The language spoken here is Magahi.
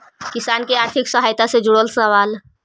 किसान के आर्थिक सहायता से जुड़ल सवाल?